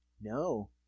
No